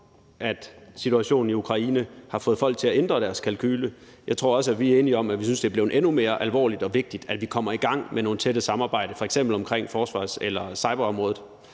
at situationen i Ukraine har fået folk til at ændre deres kalkule. Jeg tror også, vi er enige om, at vi synes, at det er blevet endnu mere alvorligt og vigtigt, at vi kommer i gang med nogle tætte samarbejder, f.eks. på forsvars- eller cyberområdet,